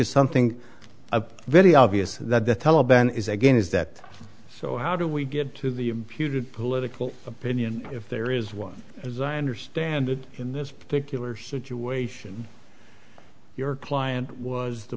is something very obvious that the taliban is again is that so how do we get to the imputed political opinion if there is one as i understand it in this particular situation your client was the